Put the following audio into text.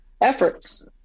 efforts